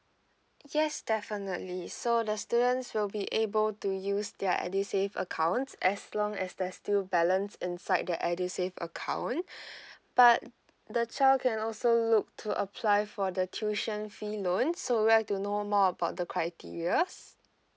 yes definitely so the students will be able to use their edusave accounts as long as there's still balance inside their edusave account but the child can also look to apply for the tuition fee loan so where to know more about the criteria's